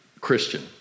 Christian